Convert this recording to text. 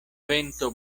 vento